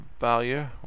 value